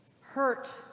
hurt